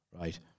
right